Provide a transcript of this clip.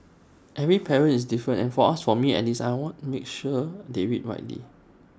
every parent is different and for us for me at least I want to make sure they read widely